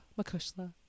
Makushla